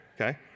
Okay